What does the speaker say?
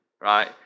right